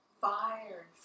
fired